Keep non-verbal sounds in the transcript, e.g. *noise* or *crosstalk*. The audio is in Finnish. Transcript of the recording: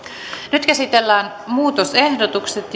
nyt käsitellään muutosehdotukset *unintelligible*